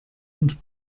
und